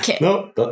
No